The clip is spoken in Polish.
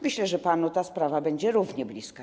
Myślę, że panu ta sprawa będzie równie bliska.